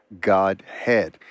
Godhead